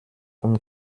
und